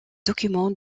documents